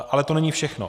Ale to není všechno.